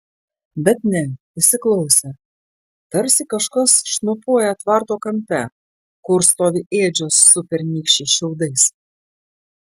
bet ne įsiklausė tarsi kažkas šnopuoja tvarto kampe kur stovi ėdžios su pernykščiais šiaudais